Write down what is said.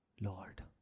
Lord